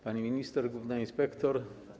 Pani Minister, Główna Inspektor!